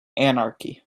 anarchy